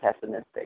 pessimistic